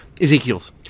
Ezekiel's